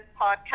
podcast